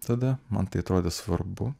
tada man tai atrodė svarbu